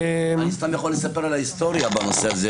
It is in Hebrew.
אני יכול לספר על ההיסטוריה בנושא הזה,